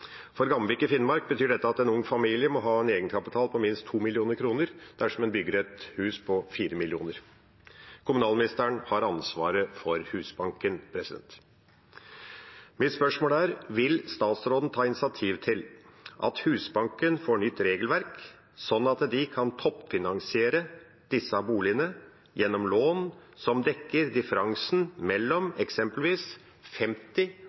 For Gamvik i Finnmark betyr dette at en ung familie må ha en egenkapital på minst 2 mill. kr dersom en bygger et hus på 4 mill. kr. Kommunalministeren har ansvaret for Husbanken. Mitt spørsmål er: Vil statsråden ta initiativ til at Husbanken får nytt regelverk, slik at de kan toppfinansiere disse boligene gjennom lån som dekker differansen mellom eksempelvis 50